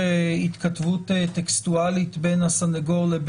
שיתחיל לשלוח סמ"סים וטקסטים לכל